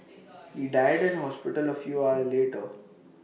he died in hospital A few hours later